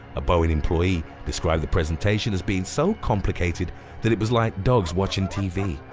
a boeing employee described the presentation as being so complicated that it was like dogs watching tv.